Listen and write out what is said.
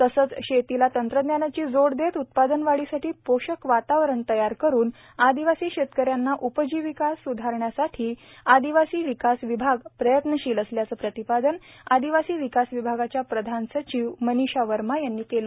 तसंच शेतीला तंत्रज्ञानाची जोड देत उत्पादनवाढीसाठी पोषक वातावरण तयार करून आदिवासी शेतकऱ्यांच्या उपजीविका सुधारण्यासाठी प्रयत्नशील असल्याचं प्रतिपादन आदिवासी विकास विभागाच्या प्रधान सचिव मनीषा वर्मा यांनी केलं